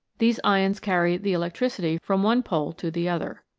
these ions carry the electricity from one pole to the other.